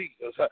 Jesus